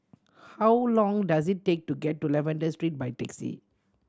how long does it take to get to Lavender Street by taxi